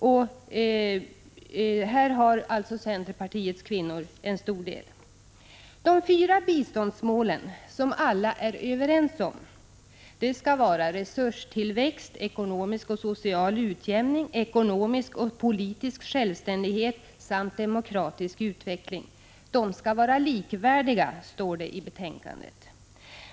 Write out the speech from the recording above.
Det har, vill jag påstå, centerpartiets kvinnor stor del i. De fyra biståndsmålen, som alla är överens om, är resurstillväxt, ekonomisk och social utjämning, ekonomisk och politisk självständighet samt demokratisk utveckling. De skall vara likvärdiga, står det i betänkandet.